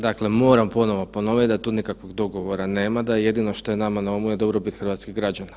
Dakle, moram ponovo ponoviti da tu nikakvoga dogovor nema, da jedino što je nama na umu je dobrobit hrvatskih građana.